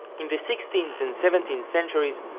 in the sixteenth and seventeenth centuries,